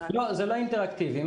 זה לא אינטראקטיבי.